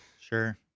Sure